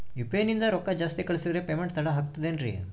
UPI ನಿಂದ ರೊಕ್ಕ ಜಾಸ್ತಿ ಕಳಿಸಿದರೆ ಪೇಮೆಂಟ್ ತಡ ಆಗುತ್ತದೆ ಎನ್ರಿ?